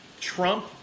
trump